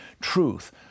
truth